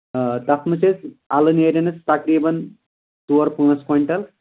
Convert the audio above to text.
آ تَتھ منٛز چھُ اَسہِ اَلہٕ نیرٮ۪ن اَسہِ تقریٖباً ژور پانٛژھ کویِنٹَل